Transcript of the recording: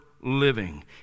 living